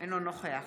אינו נוכח